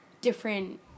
different